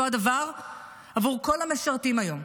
אותו הדבר עבור כל המשרתים היום,